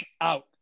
out